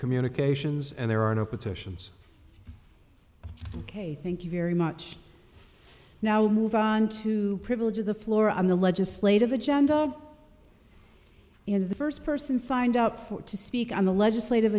communications and there are no petitions kate thank you very much now move on to privilege of the floor on the legislative agenda and the first person signed up for to speak on the legislative